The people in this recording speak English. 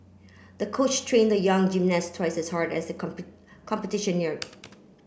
the coach trained the young gymnast twice as hard as the competition neared